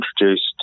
introduced